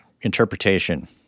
interpretation